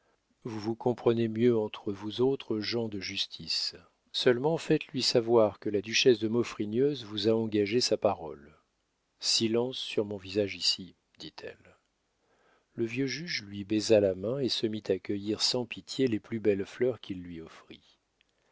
vous vous comprenez mieux entre vous autres gens de justice seulement faites-lui savoir que la duchesse de maufrigneuse vous a engagé sa parole silence sur mon voyage ici dit-elle le vieux juge lui baisa la main et se mit à cueillir sans pitié les plus belles fleurs qu'il lui offrit